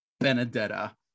Benedetta